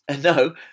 No